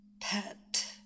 pet